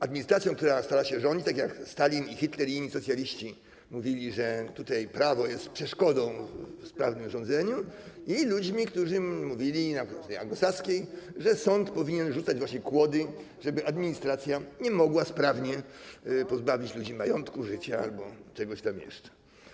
Administracją, która stara się rządzić, tak jak Stalin, Hitler i inni socjaliści mówili, że prawo jest przeszkodą w sprawnym rządzeniu, i ludźmi, którzy mówili na gruncie anglosaskim, że sąd powinien właśnie rzucać kłody, żeby administracja nie mogła sprawnie pozbawić ludzi majątku, życia albo czegoś tam jeszcze.